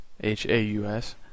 H-A-U-S